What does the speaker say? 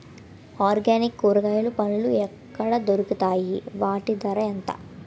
Organic కూరగాయలు పండ్లు ఎక్కడ దొరుకుతాయి? వాటి ధర ఎంత?